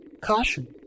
Caution